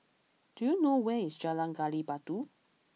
do you know where is Jalan Gali Batu